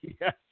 Yes